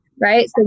Right